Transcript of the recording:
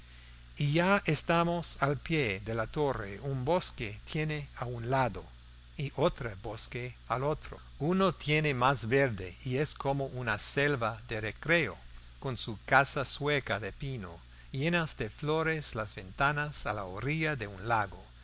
y ya estamos al pie de la torre un bosque tiene a un lado y otro bosque al otro uno tiene más verde y es como una selva de recreo con su casa sueca de pino llenas de flores las ventanas a la orilla de un lago y